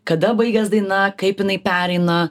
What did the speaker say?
kada baigias daina kaip jinai pereina